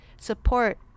support